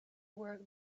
work